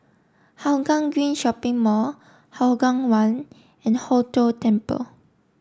Hougang Green Shopping Mall Hougang One and Hong Tho Temple